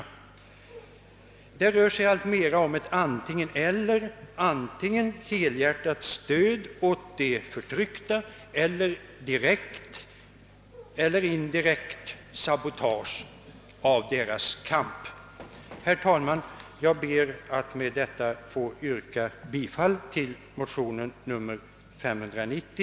Det rör sig alltmera om ett antingeneller; antingen helhjärtat stöd åt de förtryckta eller direkt eller indirekt sabotage av deras kamp. Jag ber med detta, herr talman, att få yrka bifall till motionen II: 590.